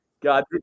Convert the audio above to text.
God